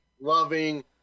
loving